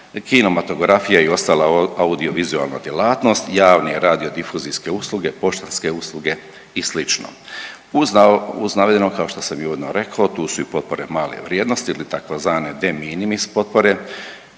kinematografija i ostala audiovizualna djelatnost, javni radio difuzijske usluge, poštanske usluge i sl. Uz navedeno kao što sam i uvodno rekao tu su i potpore male vrijednosti ili tzv. de minimis potpore